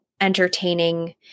entertaining